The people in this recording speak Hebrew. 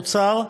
אוצר,